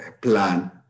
plan